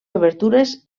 obertures